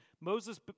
Moses